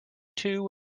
two